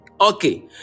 Okay